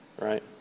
right